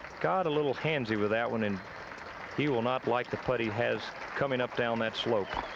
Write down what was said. got a little handsy with that one. and he will not like the putt he has coming up down that slope.